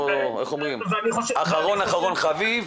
אחרון-אחרון חביב.